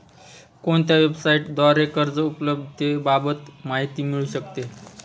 कोणत्या वेबसाईटद्वारे कर्ज उपलब्धतेबाबत माहिती मिळू शकते?